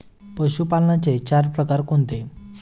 पशुपालनाचे चार प्रकार कोणते?